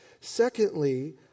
Secondly